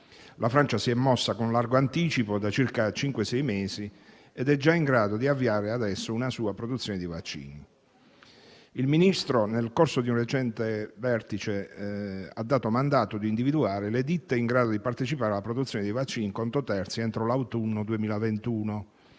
La Francia si è mossa con largo anticipo, da circa cinque-sei mesi, ed è già in grado di avviare sin d'ora una sua produzione di vaccini. Nel corso di un recente vertice il Ministro ha dato mandato di individuare le ditte in grado di partecipare alla produzione di vaccini in conto terzi entro l'autunno 2021,